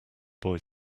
boy